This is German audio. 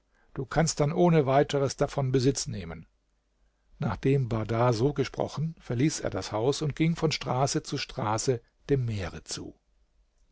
du kannst dann ohne weiteres davon besitz nehmen nachdem bahdar so gesprochen verließ er das haus und ging von straße zu straße dem meere zu